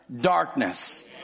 darkness